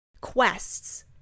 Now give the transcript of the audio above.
quests